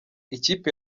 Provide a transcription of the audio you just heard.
ikipe